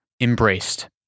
embraced